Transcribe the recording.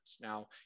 now